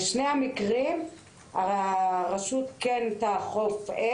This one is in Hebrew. בשני המקרים הרשות כן תאכוף,